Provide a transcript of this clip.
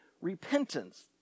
repentance